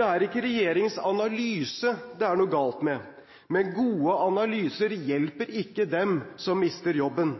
Det er ikke regjeringens analyse det er noe galt med, men gode analyser hjelper ikke dem som mister jobben.